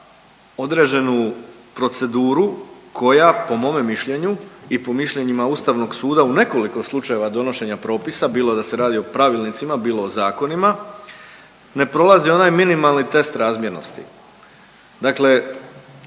određenu proceduru koja po mome mišljenju i po mišljenjima ustavnog suda u nekoliko slučajeva donošenja propisa bilo da se radi o pravilnicima, bilo o zakonima ne prolazi onaj minimalni test razmjernosti. Dakle